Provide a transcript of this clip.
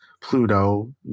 Pluto